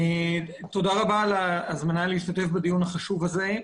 על ההזמנה להשתתף בדיון החשוב הזה.